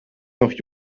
noch